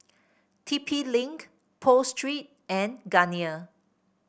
T P Link Pho Street and Garnier